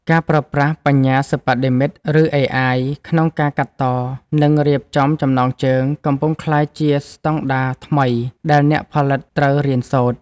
ការប្រើប្រាស់បញ្ញាសិប្បនិម្មិត ឬ អេអាយ ក្នុងការកាត់ត និងរៀបចំចំណងជើង កំពុងក្លាយជាស្ដង់ដារថ្មីដែលអ្នកផលិតត្រូវរៀនសូត្រ។